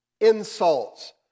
insults